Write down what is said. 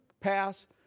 pass